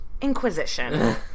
Inquisition